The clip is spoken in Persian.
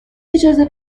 اجازه